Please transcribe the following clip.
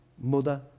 Mother